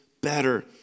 better